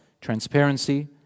transparency